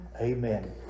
Amen